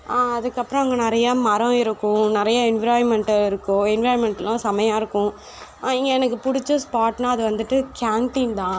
அதுக்கப்புறம் அங்கே நிறையா மரம் இருக்கும் நிறைய என்விராய்மெண்ட் இருக்கும் என்விராய்மெண்ட்லாம் செம்மையாக இருக்கும் இங்கே எனக்கு பிடிச்ச ஸ்பார்ட்னால் அதுவந்துட்டு கேண்டீன் தான்